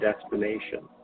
destination